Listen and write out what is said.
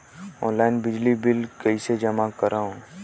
Online बिजली bill कइसे जमा करव?